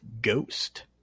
Ghost